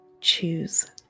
choose